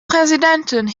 präsidentin